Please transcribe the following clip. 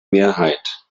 mehrheit